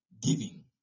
giving